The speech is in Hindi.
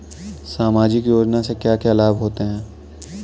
सामाजिक योजना से क्या क्या लाभ होते हैं?